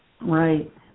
Right